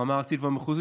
ברמה הארצית והמחוזית,